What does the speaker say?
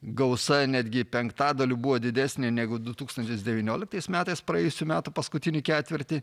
gausa netgi penktadaliu buvo didesnė negu du tūkstantis devynioliktais metais praėjusių metų paskutinį ketvirtį